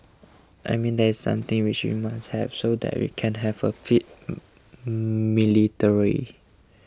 I mean that's something which we must have so that we can have a fit military